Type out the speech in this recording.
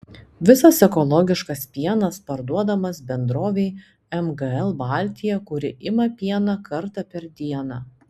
visas ekologiškas pienas parduodamas bendrovei mgl baltija kuri ima pieną kartą per dieną